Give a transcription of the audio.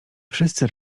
wszyscy